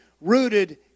rooted